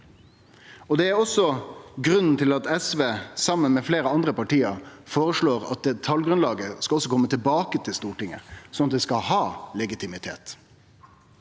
Det er også grunnen til at SV, saman med fleire andre parti, føreslår at talgrunnlaget skal kome tilbake til Stortinget, sånn at det skal ha legitimitet.